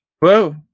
Whoa